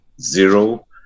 zero